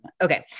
Okay